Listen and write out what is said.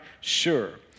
sure